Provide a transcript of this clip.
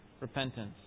repentance